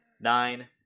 Nine